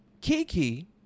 Kiki